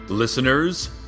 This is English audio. Listeners